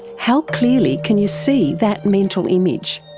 how clearly can you see that mental image?